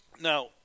Now